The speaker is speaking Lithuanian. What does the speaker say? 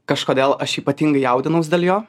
kažkodėl aš ypatingai jaudinaus dėl jo